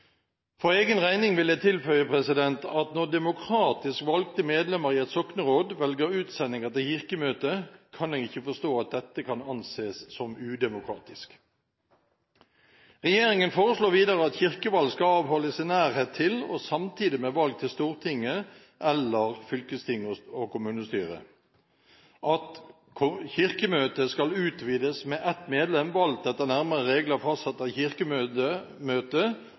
For egen regning vil jeg tilføye at når demokratisk valgte medlemmer i et sokneråd velger utsendinger til Kirkemøtet, kan jeg ikke forstå at dette kan anses som udemokratisk. Regjeringen foreslår videre at kirkevalg skal avholdes i nærhet til og samtidig med valg til Stortinget eller fylkestinget og kommunestyret, at Kirkemøtet skal utvides med ett medlem valgt etter nærmere regler fastsatt av